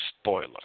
spoiler